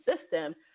system